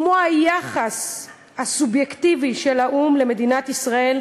כמו היחס הסובייקטיבי של האו"ם למדינת ישראל,